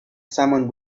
somebody